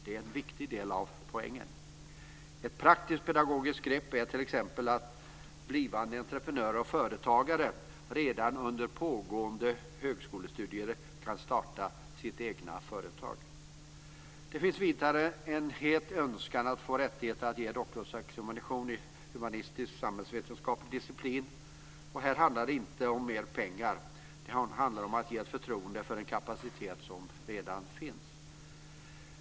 Det är en viktig del av poängen. Ett praktiskt pedagogiskt grepp är att blivande entreprenörer och företagare redan under pågående högskolestudier kan starta eget företag. Det finns vidare en het önskan om att få rätt att examinera doktorer i den humanistisksamhällsvetenskapliga disciplinen. Här handlar det inte om mer pengar. Det handlar om att ge ett förtroende för en kapacitet som redan finns.